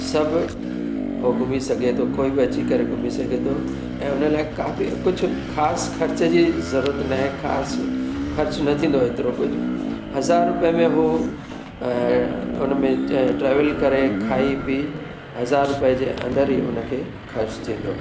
सभु उहो घुमी सघे थो कोई बि अची करे घुमी सघे थो ऐं उन लाइ काफ़ी कुझु ख़ासि ख़र्च जी ज़रूरत न आहे ख़ासि ख़र्चु न थींदो एतिरो कुझु हज़ार रुपयनि में उहो उन में ट्रेवल करे खाई पी हज़ार रुपए जे अंदर ई उनखे ख़र्चु थींदो